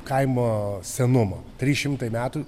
kaimo senumo trys šimtai metų